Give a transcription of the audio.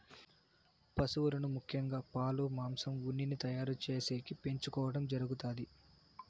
పసువులను ముఖ్యంగా పాలు, మాంసం, ఉన్నిని తయారు చేసేకి పెంచుకోవడం జరుగుతాది